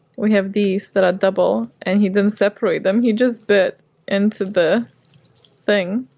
we have these that are double and he didn't separate them he just bit into the thing